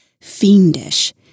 fiendish